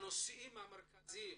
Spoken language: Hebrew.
הנושאים המרכזיים,